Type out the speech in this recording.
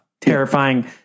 terrifying